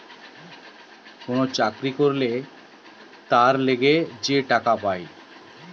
কোন চাকরি করলে তার লিগে যে টাকা পায়